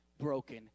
broken